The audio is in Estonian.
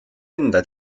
enda